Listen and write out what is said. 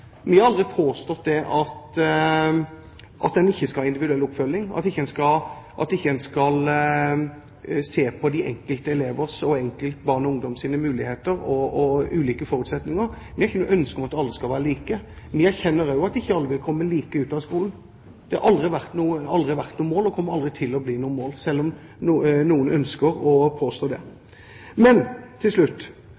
at en ikke skal se på de enkelte elevers og enkelte barn og ungdoms muligheter og ulike forutsetninger. Vi har ikke noe ønske om at alle skal være like. Vi erkjenner også at ikke alle vil komme like ut av skolen. Det har aldri vært noe mål og kommer aldri til å bli noe mål, selv om noen ønsker å påstå det.